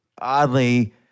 oddly